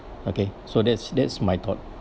okay so that's that's my thought